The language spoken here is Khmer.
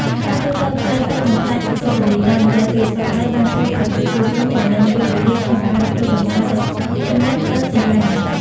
ការទូទាត់ថ្លៃទឹក និងថ្លៃអគ្គិសនីតាមរយៈទូរស័ព្ទដៃបានជួយឱ្យប្រជាជនចំណេញពេលវេលាក្នុងការធ្វើដំណើរទៅកន្លែងផ្តល់សេវា។